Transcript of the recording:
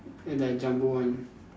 the Jumbo one